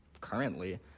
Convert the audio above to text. currently